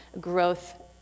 growth